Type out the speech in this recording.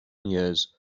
years